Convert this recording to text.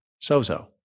So-so